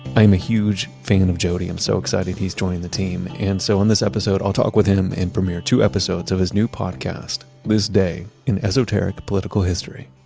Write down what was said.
i am a huge fan of jody. i'm so excited he's joining the team. and so in this episode, i'll talk with him and premiere two episodes of his new podcast, this day in esoteric political history.